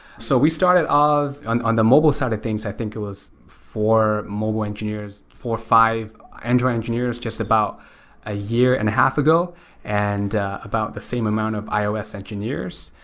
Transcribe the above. so we started off on on the mobile side of things, i think it was four mobile engineers four, five android engineers just about a year and a half ago and about the same amount of ios engineers.